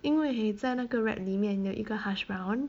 因为在那个 wrap 里面有一个 hash brown